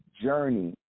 journey